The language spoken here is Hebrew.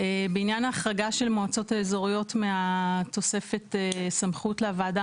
אני מתכוון לתוספת זכויות לציבורי.